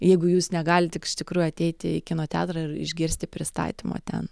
jeigu jūs negalit tik iš tikrųjų ateiti į kino teatrą ir išgirsti pristatymo ten